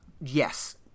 yes